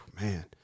man